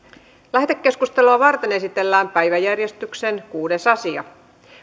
lähetekeskustelua varten esitellään päiväjärjestyksen kuudes asia